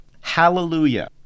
Hallelujah